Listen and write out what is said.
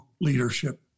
leadership